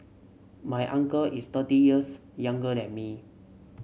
my uncle is thirty years younger than me